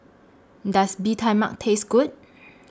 Does Bee Tai Mak Taste Good